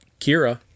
Kira